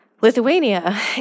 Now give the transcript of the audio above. Lithuania